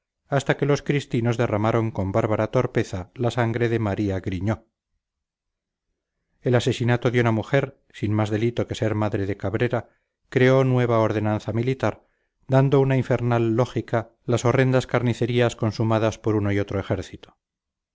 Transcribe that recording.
hasta que los cristinos derramaron con bárbara torpeza la sangre de maría griñó el asesinato de una mujer sin más delito que ser madre de cabrera creó nueva ordenanza militar dando una infernal lógica las horrendas carnicerías consumadas por uno y otro ejército